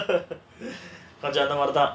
கொஞ்சம் அந்த மாதிரி தான்:konjam andha maadhiri thaan